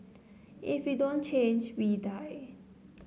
if we don't change we die